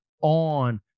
on